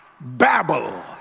babble